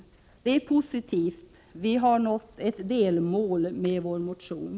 Det är positivt. Vi har nått ett delmål med vår motion.